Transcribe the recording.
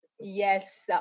Yes